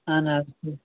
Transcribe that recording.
اَہَن حظ اَدٕ کے